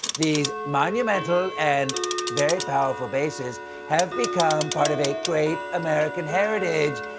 these monumental and very powerful bases have become part of a great american heritage,